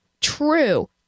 True